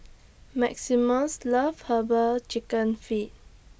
Maximus loves Herbal Chicken Feet